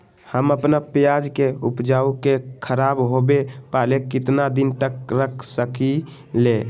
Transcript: हम अपना प्याज के ऊपज के खराब होबे पहले कितना दिन तक रख सकीं ले?